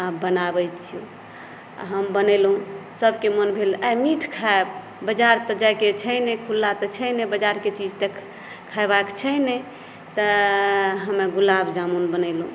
आ बनाबै छियौ आ हम बनेलहुँ सभके मोन भेल आइ मीठ खायब बाजार तऽ जायके छै नहि खुल्ला तऽ छै नहि बजारक चीज तऽ खयबाक छै नहि तैं हमे गुलाबजामुन बनेलहुँ